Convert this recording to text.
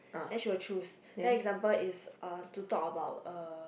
then she will choose then example is uh to talk about uh